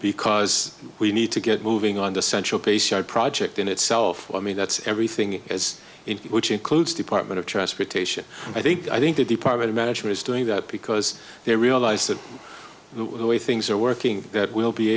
because we need to get moving on the central based project in itself i mean that's everything as in which includes department of transportation i think i think the department manager is doing that because they realize that the way things are working that we'll be